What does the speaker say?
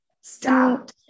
Stop